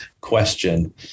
question